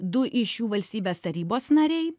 du iš jų valstybės tarybos nariai